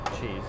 cheese